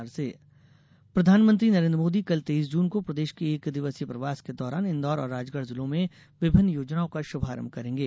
मोदी प्रधानमंत्री नरेन्द्र मोदी कल तेईस जून को प्रदेश के एक दिवसीय प्रवास के दौरान इंदौर और राजगढ़ जिलों में विभिन्न योजनाओं का शुभारंभ करेंगे